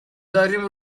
داریم